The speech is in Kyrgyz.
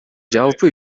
жалпы